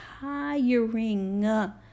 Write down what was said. tiring